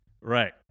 Right